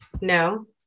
No